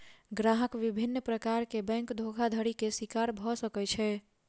ग्राहक विभिन्न प्रकार के बैंक धोखाधड़ी के शिकार भअ सकै छै